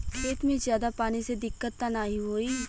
खेत में ज्यादा पानी से दिक्कत त नाही होई?